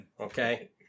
okay